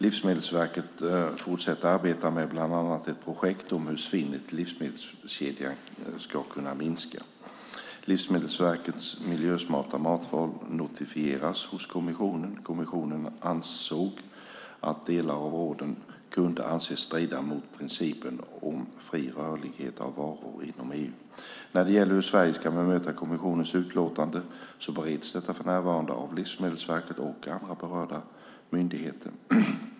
Livsmedelsverket fortsätter att arbeta med bland annat ett projekt om hur svinnet i livsmedelskedjan ska kunna minska. Livsmedelsverkets miljösmarta matval notifierades hos kommissionen. Kommissionen ansåg att delar av råden kunde anses strida mot principen om fri rörlighet av varor inom EU. När det gäller hur Sverige ska bemöta kommissionens utlåtande bereds detta för närvarande av Livsmedelsverket och andra berörda myndigheter.